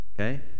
Okay